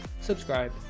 subscribe